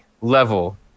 level